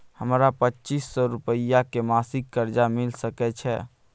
हमरा पच्चीस सौ रुपिया के मासिक कर्जा मिल सकै छै?